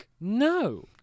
No